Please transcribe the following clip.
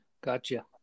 Gotcha